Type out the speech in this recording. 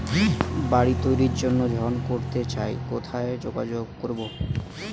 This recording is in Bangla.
বাড়ি তৈরির জন্য ঋণ করতে চাই কোথায় যোগাযোগ করবো?